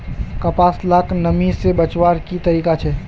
कपास लाक नमी से बचवार की तरीका छे?